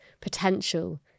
potential